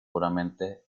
puramente